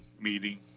meeting